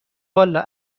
والا